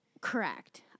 Correct